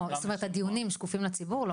לא זאת אומרת הדיונים שקופים לציבור?